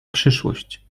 przyszłość